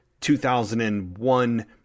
2001